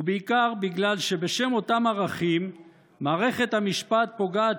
ובעיקר בגלל שבשם אותם ערכים מערכת המשפט פוגעת